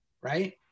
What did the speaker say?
right